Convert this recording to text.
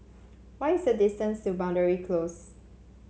what is the distance to Boundary Close